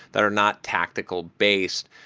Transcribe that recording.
that are not tactical based.